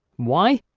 why?